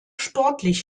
sportlich